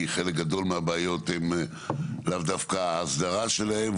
כי חלק גדול מהבעיות הן לאו דווקא הסדרה שלהן.